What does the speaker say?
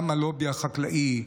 גם הלובי החקלאי.